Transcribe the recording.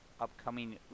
upcoming